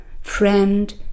friend